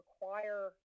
require